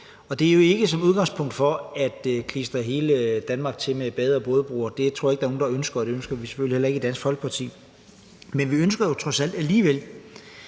Det er jo ikke som udgangspunkt for at klistre hele Danmark til med bade- og bådebroer. Det tror jeg ikke der er nogen der ønsker, og det ønsker vi selvfølgelig heller ikke i Dansk Folkeparti. Men vi ønsker jo trods alt alligevel,